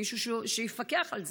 מישהו שיפקח על זה.